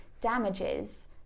damages